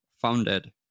founded